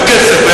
וכסף,